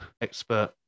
expert